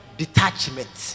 detachment